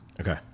Okay